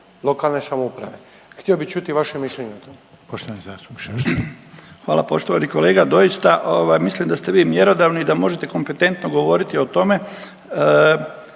lokalne samouprave. Htio bi čuti vaše mišljenje o tome.